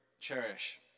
cherish